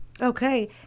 Okay